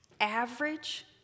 average